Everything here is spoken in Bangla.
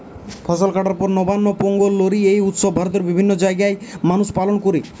ফসল কাটার পর নবান্ন, পোঙ্গল, লোরী এই উৎসব ভারতের বিভিন্ন জাগায় মানুষ পালন কোরে